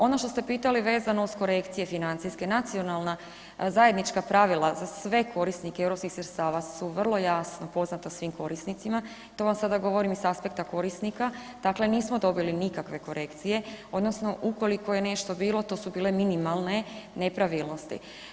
Ono što ste pitali vezano uz korekcije financijske, nacionalna zajednička pravila za sve korisnike europskih sredstava su vrlo jasno poznata svim korisnicima, to vam sada govorim iz aspekta korisnika, dakle nismo dobili nikakve korekcije odnosno ukoliko je nešto bilo, to su bile minimalne nepravilnosti.